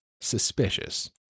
suspicious